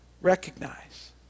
Recognize